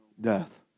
death